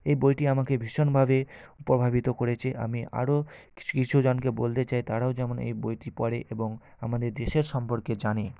এই বইটি আমাকে ভীষণভাবে প্রভাবিত করেছে আমি আরও কিছু কিছু জনকে বলতে চাই তারাও যেমন এই বইটি পড়ে এবং আমাদের দেশের সম্পর্কে জানে